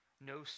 No